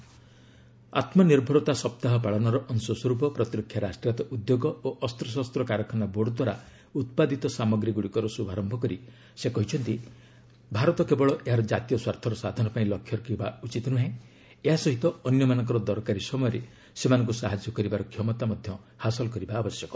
'ଆତ୍ମନିର୍ଭରତା ସପ୍ତାହ' ପାଳନର ଅଂଶସ୍ୱରୂପ ପ୍ରତିରକ୍ଷା ରାଷ୍ଟ୍ରାୟତ ଉଦ୍ୟୋଗ ଓ ଅସ୍ତ୍ରଶସ୍ତ କାରଖାନା ବୋର୍ଡ ଦ୍ୱାରା ଉତ୍ପାଦିତ ସାମଗ୍ରୀଗୁଡ଼ିକର ଶୁଭାରମ୍ଭ କରି ସେ କହିଛନ୍ତି ଭାରତ କେବଳ ଏହାର ଜାତୀୟ ସ୍ୱାର୍ଥର ସାଧନ ପାଇଁ ଲକ୍ଷ୍ୟ ରଖିବା ଉଚିତ୍ ନୁହେଁ ଏହା ସହିତ ଅନ୍ୟମାନଙ୍କର ଦରକାରି ସମୟରେ ସେମାନଙ୍କୁ ସାହାଯ୍ୟ କରିବାର କ୍ଷମତା ହାସଲ କରିବା ଆବଶ୍ୟକ